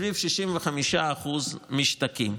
סביב 65% משתקעים.